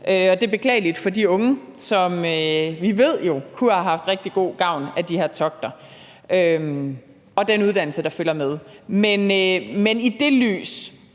det er beklageligt for de unge, som vi jo ved kunne have haft rigtig god gavn af de her togter og af den uddannelse, der følger med. Men i det lys